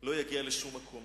לא יגיע לשום מקום.